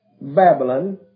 Babylon